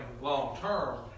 long-term